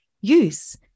use